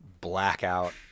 blackout